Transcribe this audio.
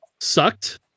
sucked